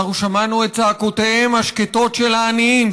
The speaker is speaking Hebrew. שמענו את צעקותיהם השקטות של העניים,